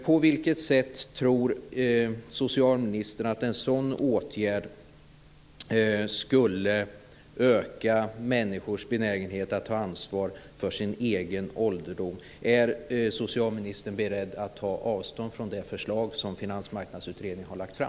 På vilket sätt tror statsrådet att en sådan åtgärd skulle öka människors benägenhet att ta ansvar för sin egen ålderdom? Är statsrådet beredd att ta avstånd från det förslag som Finansmarknadsutredningen har lagt fram?